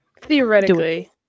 Theoretically